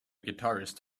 guitarist